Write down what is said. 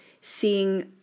seeing